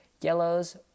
yellows